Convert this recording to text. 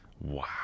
Wow